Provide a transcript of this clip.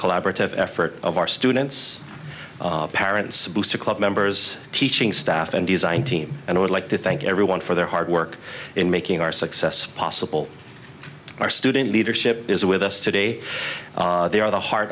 collaborative effort of our students parents booster club members teaching staff and design team and i would like to thank everyone for their hard work in making our success possible our student leadership is with us today they are the heart